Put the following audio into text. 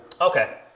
Okay